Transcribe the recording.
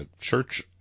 church